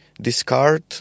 discard